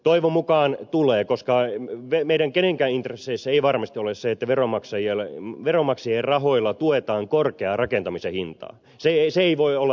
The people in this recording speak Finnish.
toivon mukaan tulee koska meidän kenenkään intresseissä ei varmasti ole se että veronmaksajien rahoilla tuetaan korkeaa rakentamisen hintaa se ei voi olla